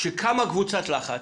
כשקמה קבוצת לחץ,